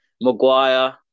Maguire